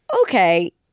okay